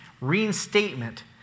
reinstatement